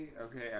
okay